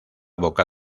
boca